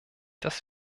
das